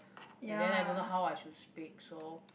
and then I don't know how I should speak so